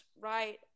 right